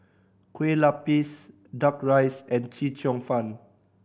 kue lupis Duck Rice and Chee Cheong Fun